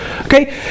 okay